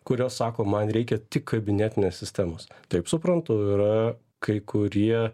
kurios sako man reikia tik kabinetinės sistemos taip suprantu yra kai kurie